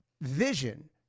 vision